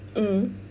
mmhmm